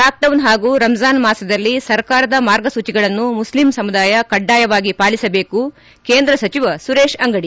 lockdown ಹಾಗೂ ರಂಜಾನ್ ಮಾಸದಲ್ಲಿ ಸರ್ಕಾರದ ಮಾರ್ಗಸೂಚಿಗಳನ್ನು ಮುಸ್ಲಿಂ ಸಮುದಾಯ ಪಾಲಿಸಬೇಕು ಕೇಂದ್ರ ಸಚಿವ ಸುರೇತ್ ಅಂಗಡಿ